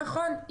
נכון.